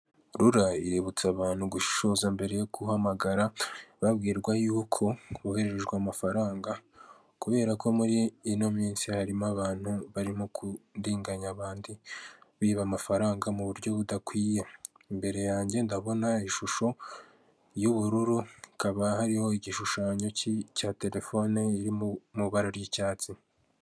Rura iributsa abantu gushishoza mbere yo guhamagara, babwirwa yuko bohererejwe amafaranga kubera ko muri ino minsi harimo abantu barimo kurenganya abandi biba amafaranga mu buryo budakwiye. Imbere yanjye ndabona ishusho y'ubururu, hakaba hariho igishushanyo cya terefone iri mu ibara ry'icyatsi.